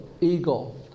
eagle